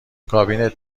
کابینت